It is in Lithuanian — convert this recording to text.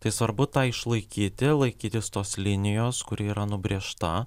tai svarbu tą išlaikyti laikytis tos linijos kuri yra nubrėžta